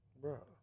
Bro